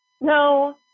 no